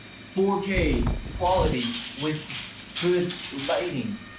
four k quality with good lighting.